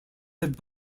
that